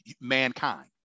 mankind